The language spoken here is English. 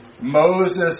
Moses